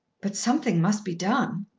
but something must be done.